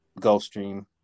Gulfstream